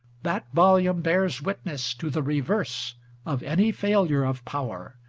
that volume bears witness to the reverse of any failure of power,